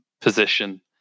position